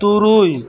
ᱛᱩᱨᱩᱭ